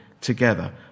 together